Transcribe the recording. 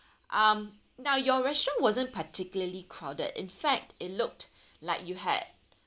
um now your restaurant wasn't particularly crowded in fact it looked like you had